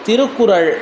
Tirukkural